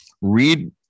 read